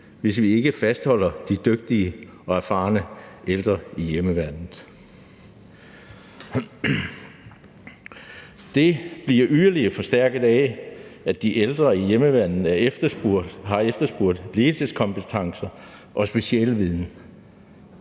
hvis vi ikke fastholder de dygtige og erfarne ældre i hjemmeværnet. Det bliver yderligere forstærket af, at de ældre i hjemmeværnet har efterspurgte ledelseskompetencer og specialviden,